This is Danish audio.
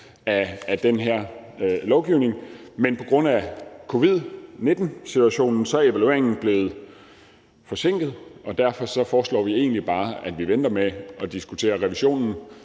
af den her lovgivning, men på grund af covid-19-situationen er evalueringen blevet forsinket. Derfor foreslår vi egentlig bare, at vi venter med at diskutere revisionen,